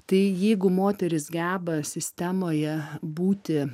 tai jeigu moterys geba sistemoje būti